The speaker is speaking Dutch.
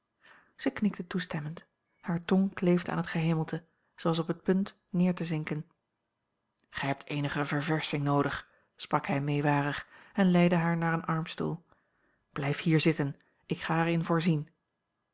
zij knikte toestemmend hare tong kleefde aan het gehemelte zij was op het punt neer te zinken gij hebt eenige verversching noodig sprak hij meewarig en leidde haar naar een armstoel blijf hier zitten ik ga er in voorzien